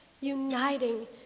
uniting